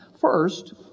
First